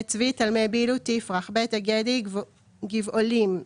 פה יש 40 יישובים יותר משומר החומות.